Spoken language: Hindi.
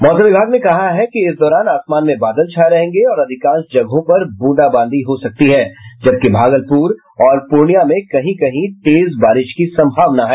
मौसम विभाग ने कहा है कि इस दौरान आसमान में बादल छाये रहेंगे और अधिकांश जगहों पर ब्रंदाबांदी हो सकती है जबकि भागलपुर और पूर्णिया में कहीं कहीं तेज बारिश की संभावना है